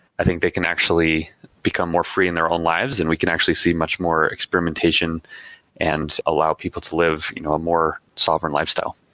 i think they can actually become more free in their own lives and we could actually see much more experimentation and allow people to live you know a more sovereign lifestyle.